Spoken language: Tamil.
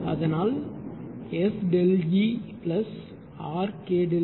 அதனால் SΔERKΔE RKu KΔF